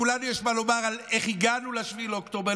לכולנו יש מה לומר על איך הגענו ל-7 באוקטובר.